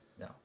No